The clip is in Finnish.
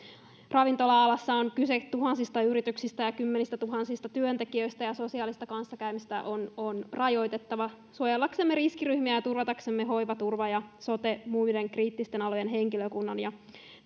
ravintola alassa on kyse tuhansista yrityksistä ja kymmenistätuhansista työntekijöistä sosiaalista kanssakäymistä on on rajoitettava suojellaksemme riskiryhmiä ja turvataksemme hoiva turva sote ja muiden kriittisten alojen henkilökunnan ja